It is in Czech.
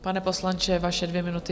Pane poslanče, vaše dvě minuty.